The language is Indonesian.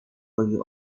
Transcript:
bagi